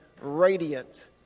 radiant